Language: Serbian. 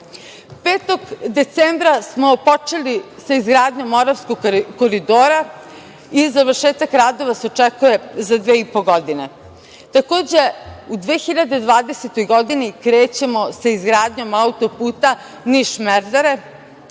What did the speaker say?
5. decembra sa izgradnjom Moravskog koridora i završetak radova se očekuje za dve i po godine. Takođe, u 2020. godini krećemo sa izgradnjom autoputa Niš – Merdare